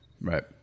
Right